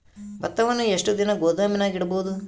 ಭತ್ತವನ್ನು ಎಷ್ಟು ದಿನ ಗೋದಾಮಿನಾಗ ಇಡಬಹುದು?